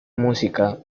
música